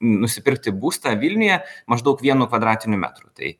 nusipirkti būstą vilniuje maždaug vienu kvadratiniu metru tai